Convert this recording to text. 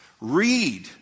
read